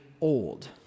old